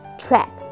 trap